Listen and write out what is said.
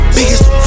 Biggest